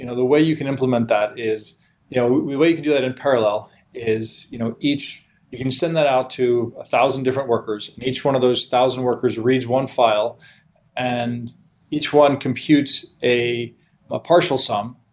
you know the way you can implement that is way you know we can do that in parallel is you know each you can send that out to a thousand different workers, and each one of those thousand workers reads one file and each one computes a a partial sum,